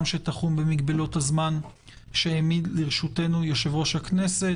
שתחום במגבלות הזמן שהעמיד לרשותנו יו"ר הכנסת.